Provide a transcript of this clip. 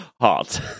hot